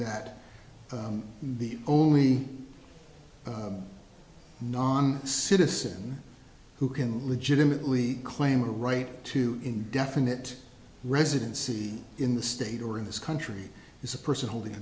that the only non citizen who can legitimately claim a right to indefinite residency in the state or in this country is a person holding a